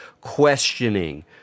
questioning